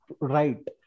right